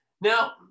Now